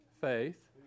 faith